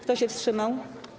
Kto się wstrzymał?